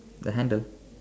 the handle